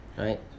Right